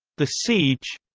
the siege